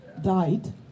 died